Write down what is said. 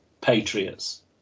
Patriots